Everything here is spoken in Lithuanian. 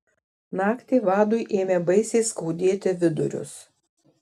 naktį vadui ėmė baisiai skaudėti vidurius